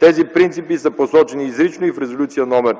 Тези принципи са посочени изрично и в Резолюция №